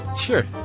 Sure